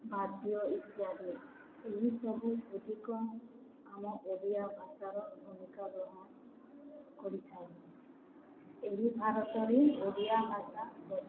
ବାଦ୍ୟ ଇତ୍ୟାଦି ଏହିସବୁ ଗୁଡ଼ିକ ଆମ ଓଡ଼ିଆ ଭାଷାର ଭୂମିକା ଗ୍ରହଣ କରିଥାଏ ଏହି ଭାରତରେ ଓଡ଼ିଆ ଭାଷା ପ୍ରଚଳିତ